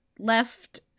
left